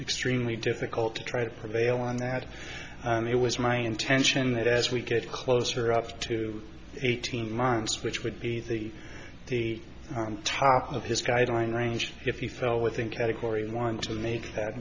extremely difficult to try to prevail on that and it was my intention that as we get closer up to eighteen months which would be the the top of his guideline range if you fell within category one to make that